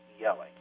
yelling